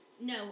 No